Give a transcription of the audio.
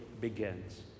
begins